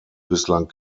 bislang